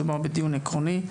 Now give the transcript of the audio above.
מדובר בדיון עקרוני.